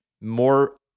more